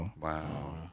Wow